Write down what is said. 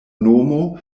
nomo